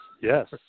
Yes